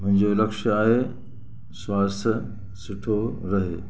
मुंहिंजो लक्ष्य आहे स्वास्थ्य सुठो रहे